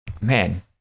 man